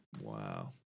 wow